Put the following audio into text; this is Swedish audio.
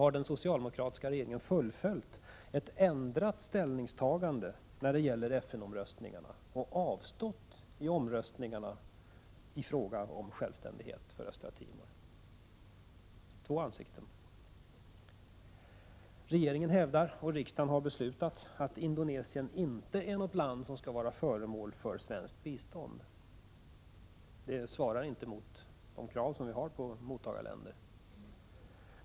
Men den socialdemokratiska regeringen har fullföljt ett ändrat ställningstagande och i FN-omröstningarna avstått från att rösta i frågan om självständighet för Östra Timor. Regeringen hävdar, och riksdagen har beslutat, att Indonesien inte är något land som skall vara föremål för svenskt bistånd. Landet svarar inte mot de krav vi har på mottagarländer.